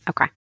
Okay